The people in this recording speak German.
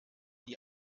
die